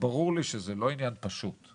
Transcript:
ברור לי שזה לא עניין פשוט.